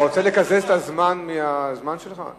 אתה רוצה לקזז את הזמן מהזמן שלך?